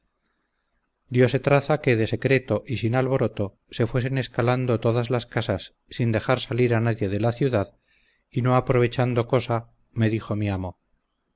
descubriese diose traza que de secreto y sin alboroto se fuesen escalando todas las casas sin dejar salir a nadie de la ciudad y no aprovechando cosa me dijo mi amo